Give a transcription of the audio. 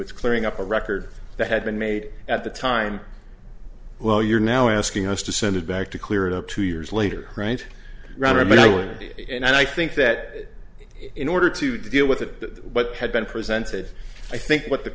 it's clearing up a record that had been made at the time well you're now asking us to send it back to clear it up two years later rather immediately and i think that in order to deal with that what had been presented i think what the